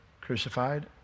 crucified